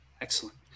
Excellent